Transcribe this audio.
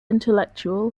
intellectual